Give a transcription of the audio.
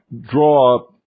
draw